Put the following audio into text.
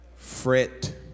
fret